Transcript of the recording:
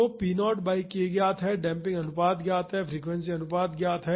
तो p0 by k ज्ञात है डेम्पिंग अनुपात ज्ञात है फ्रीक्वेंसी अनुपात ज्ञात है